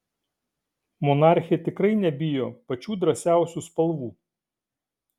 monarchė tikrai nebijo pačių drąsiausių spalvų